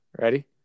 Ready